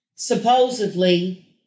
supposedly